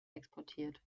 exportiert